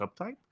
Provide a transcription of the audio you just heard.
subtype